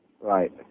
Right